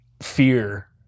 fear